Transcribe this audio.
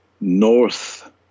North